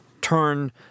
turn